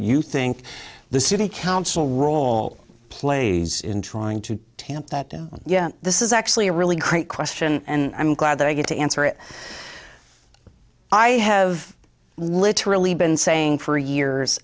you think the city council role plays in trying to tamp that down yeah this is actually a really great question and i'm glad that i get to answer it i have literally been saying for years